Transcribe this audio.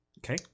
Okay